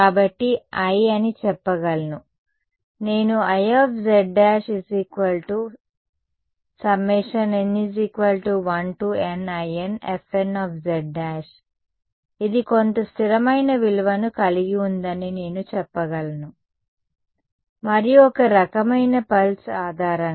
కాబట్టి I అని చెప్పగలను నేను Iz′ n1NInFnz ఇది కొంత స్థిరమైన విలువను కలిగి ఉందని నేను చెప్పగలను మరియు ఒక రకమైన పల్స్ ఆధారంగా